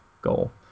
goal